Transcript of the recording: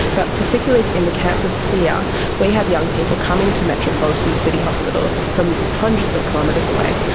but particularly in the cancer sphere we have young people coming to metropolitan city hospitals from hundreds of kilometres away.